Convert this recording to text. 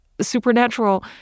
supernatural